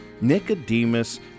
Nicodemus